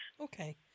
Okay